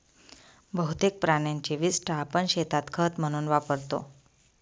बहुतेक प्राण्यांची विस्टा आपण शेतात खत म्हणून वापरतो